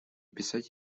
писать